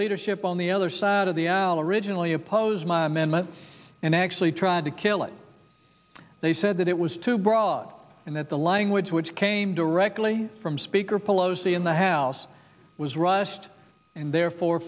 leadership on the other side of the aisle originally opposed my amendment and actually tried to kill it they said that it was too broad and that the language which came directly from speaker pelosi in the house was rushed and therefore